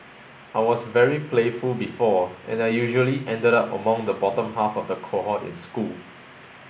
I was very playful before and I usually ended up among the bottom half of the cohort in school